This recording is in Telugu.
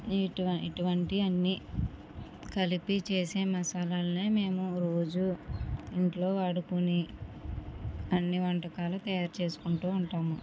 ఈటు ఇటువంటివన్నీ కలిపి చేసే మసాలాలని మేము రోజూ ఇంట్లో వాడుకొని అన్ని వంటకాలు తయారు చేసుకుంటూ ఉంటాము